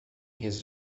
his